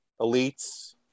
Elites